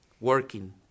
working